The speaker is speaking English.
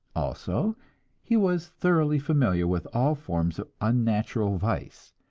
also he was thoroughly familiar with all forms of unnatural vice,